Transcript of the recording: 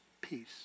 peace